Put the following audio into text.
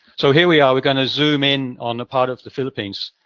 so, here we are, we're gonna zoom in on a part of the philippines,